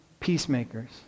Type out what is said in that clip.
peacemakers